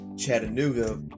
chattanooga